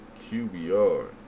QBR